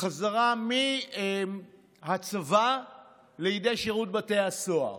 ואת כלא עופר בחזרה מהצבא לידי שירות בתי הסוהר.